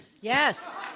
Yes